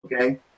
Okay